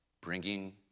bringing